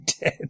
dead